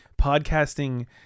podcasting